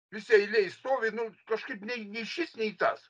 visi eilėj stovi nu kažkaip nei nei šis nei tas